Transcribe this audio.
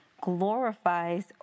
glorifies